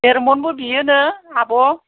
देर मनबो बियो नो आब'